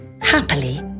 happily